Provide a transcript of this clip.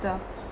better